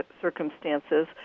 circumstances